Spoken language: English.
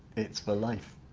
it's for life?